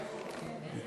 כן?